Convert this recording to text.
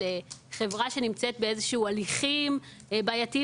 על חברה שנמצאת באיזה שהם הליכים בעייתיים